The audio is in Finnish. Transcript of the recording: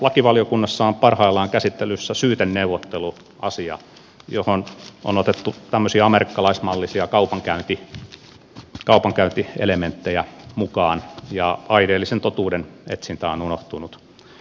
lakivaliokunnassa on parhaillaan käsittelyssä syyteneuvotteluasia johon on otettu tämmöisiä amerikkalaismallisia kaupankäyntielementtejä mukaan ja aineellisen totuuden etsintä on unohtunut